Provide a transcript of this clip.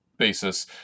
basis